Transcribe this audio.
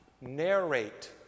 narrate